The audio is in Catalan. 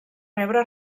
rebre